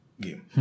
game